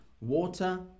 Water